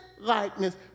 likeness